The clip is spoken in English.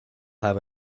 have